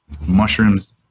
Mushrooms